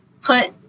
put